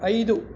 ಐದು